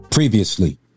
Previously